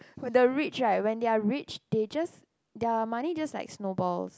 the rich right when they are rich they just their money just like snowballs